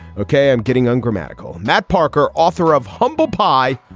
okay, i'm getting ungrammatical. that parker, author of humble pie.